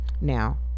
Now